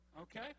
okay